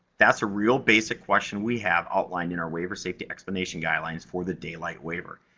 that's a real basic question we have outlined in our waiver safety explanation guidelines for the daylight waiver.